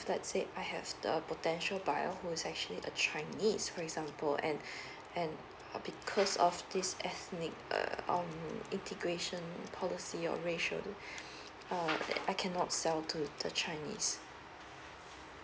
let's say I have the potential buyer who is actually a chinese for example and and because of this ethnic um integration policy or ratio uh I cannot sell to the chinese